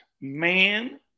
man